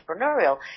entrepreneurial